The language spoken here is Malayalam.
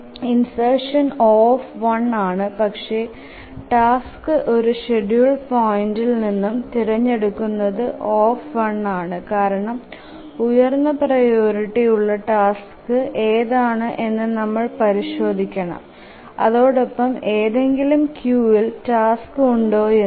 ഇൻസെർഷൻ O ആണ് പക്ഷെ ടാസ്ക് ഒരു ഷ്ഡ്യൂളിങ് പോയിന്റ് നിന്നും തിരഞ്ഞെടുകുന്നതും O ആണ് കാരണം ഉയർന്ന പ്രിയോറിറ്റി ഉള്ള ടാസ്ക് എതാണ് എന്നു നമ്മൾ പരിശോധിക്കണം അതോടൊപ്പം ഏതെങ്കിലും ക്യൂവിൽ ടാസ്ക്സ് ഉണ്ടോയെന്നും